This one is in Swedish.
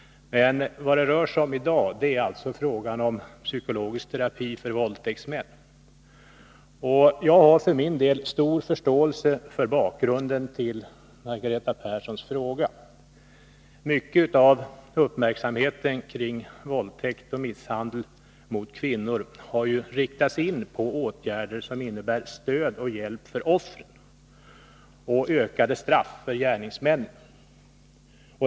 Men i dag rör det sig alltså om psykologisk terapi för våldtäktsmän. Jag har för min del stor förståelse för bakgrunden till Margareta Perssons terapi för män som har dömts för våldtäkt terapi för män som har dömts för våldtäkt interpellation. Mycket av uppmärksamheten kring våldtäkt och misshandel av kvinnor har riktats in på åtgärder som innebär stöd och hjälp för offren och ökade straff för gärningsmännen.